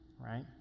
right